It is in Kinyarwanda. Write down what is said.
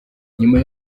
nyuma